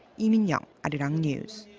lee minyoung, and arirang news.